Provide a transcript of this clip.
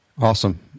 Awesome